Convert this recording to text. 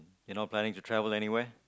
you're not planning to travel anywhere